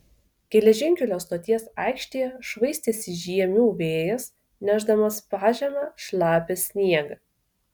geležinkelio stoties aikštėje švaistėsi žiemių vėjas nešdamas pažeme šlapią sniegą